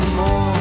more